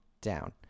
down